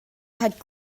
hat